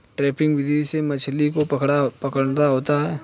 trapping विधि से मछली को पकड़ा होता है